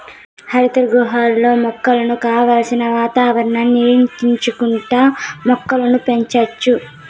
హరిత గృహంలో మొక్కలకు కావలసిన వాతావరణాన్ని నియంత్రించుకుంటా మొక్కలను పెంచచ్చు